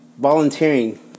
volunteering